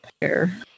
pair